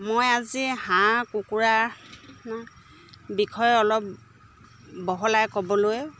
মই আজি হাঁহ কুকুৰাৰ বিষয়ে অলপ বহলাই ক'বলৈ